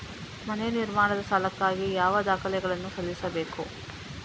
ಮನೆ ನಿರ್ಮಾಣದ ಸಾಲಕ್ಕಾಗಿ ಯಾವ ದಾಖಲೆಗಳನ್ನು ಸಲ್ಲಿಸಬೇಕು?